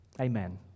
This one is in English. Amen